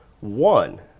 one